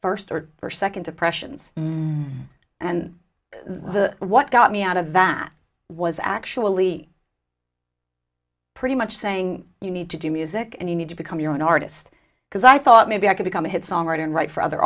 first or second depressions and what got me out of that was actually pretty much saying you need to do music and you need to become your own artist because i thought maybe i could become a hit song writer and write for other